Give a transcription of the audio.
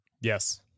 Yes